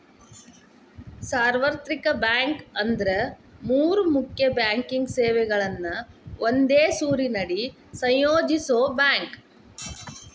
ಸಾರ್ವತ್ರಿಕ ಬ್ಯಾಂಕ್ ಅಂದ್ರ ಮೂರ್ ಮುಖ್ಯ ಬ್ಯಾಂಕಿಂಗ್ ಸೇವೆಗಳನ್ನ ಒಂದೇ ಸೂರಿನಡಿ ಸಂಯೋಜಿಸೋ ಬ್ಯಾಂಕ್